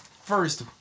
first